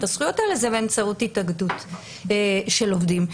הזכויות האלה זה באמצעות התאגדות של עובדים.